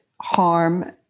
harm